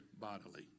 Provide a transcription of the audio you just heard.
bodily